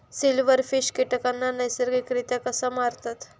Silverfish कीटकांना नैसर्गिकरित्या कसा मारतत?